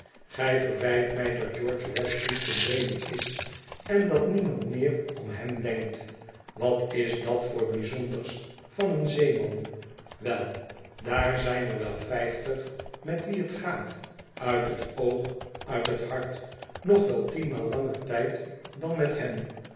gij verwijt mij dat george radfoot verdwenen is en dat niemand meer om hem denkt wat is dat voor bijzonders van een zeeman wel daar zijn er wel vijftig met wie het gaat uit het oog uit het hart nog wel tienmaal langer tijd dan met hem